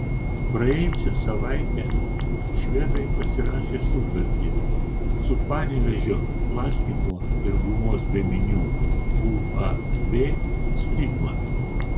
praėjusią savaitę švedai pasirašė sutartį su panevėžio plastiko ir gumos gaminių uab stigma